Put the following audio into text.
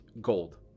gold